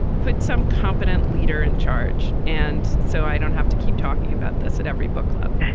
put some competent leader in charge. and so i don't have to keep talking about this at every book club